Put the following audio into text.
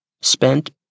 spent